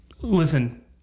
Listen